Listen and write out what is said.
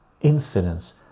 incidents